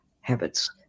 habits